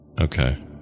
Okay